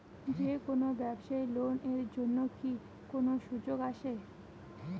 যে কোনো ব্যবসায়ী লোন এর জন্যে কি কোনো সুযোগ আসে?